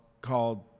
called